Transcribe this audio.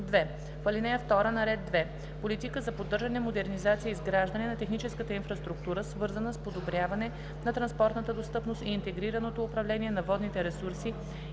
в ал. 2: - на ред 2. „Политика за поддържане, модернизация и изграждане на техническата инфраструктура, свързана с подобряване на транспортната достъпност и интегрираното управление на водните ресурси